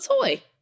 toy